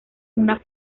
una